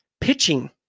pitching